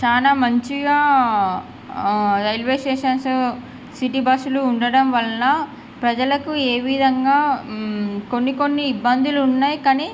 చాలా మంచిగా railway stations city బస్సులు ఉండడం వలన ప్రజలకు ఏ విధంగా కొన్ని కొన్ని ఇబ్బందులు ఉన్నాయి కానీ